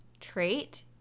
trait